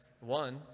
one